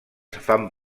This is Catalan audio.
fan